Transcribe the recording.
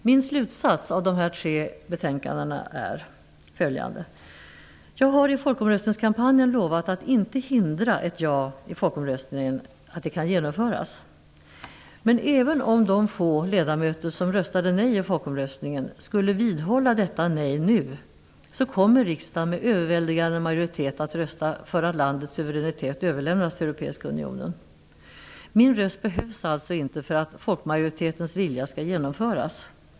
Min slutsats av de här tre betänkandena är följande: Jag har i folkomröstningskampanjen lovat att inte hindra att innebörden av ett ja i folkomröstningen genomförs. Även om de få ledamöter som röstade nej i folkomröstningen skulle vidhålla detta nej nu kommer riksdagen med överväldigande majoritet att rösta för att landets suveränitet överlämnas till Europeiska unionen. Min röst behövs alltså inte för att folkmajoritetens vilja skall genomföras.